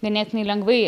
ganėtinai lengvai